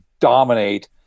dominate